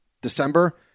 December